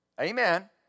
amen